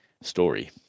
story